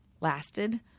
lasted